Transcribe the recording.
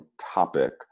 topic